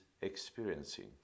experiencing